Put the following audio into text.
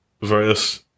various